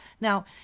Now